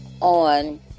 on